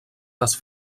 les